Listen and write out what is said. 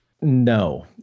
No